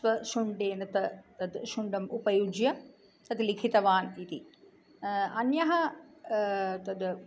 स्वशुण्डया त तद् शुण्डाम् उपयुज्य तद् लिखितवान् इति अन्यः तद